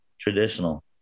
traditional